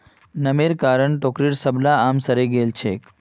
नमीर कारण टोकरीर सबला आम सड़े गेल छेक